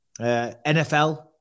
NFL